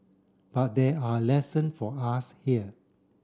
but there are lesson for us here